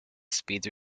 speeds